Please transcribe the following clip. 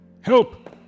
Help